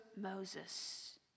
Moses